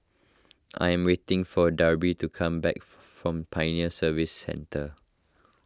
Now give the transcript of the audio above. I am waiting for Darby to come back from Pioneer Service Centre